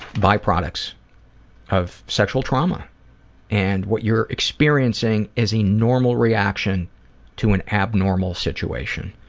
byproducts of sexual trauma and what your experiencing is a normal reaction to an abnormal situation.